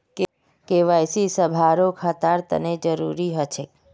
KYC सभारो खातार तने जरुरी ह छेक